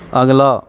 ਅਗਲਾ